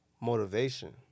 motivation